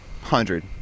hundred